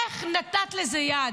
איך נתת לזה יד?